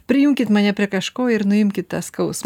prijunkit mane prie kažko ir nuimkit tą skausmą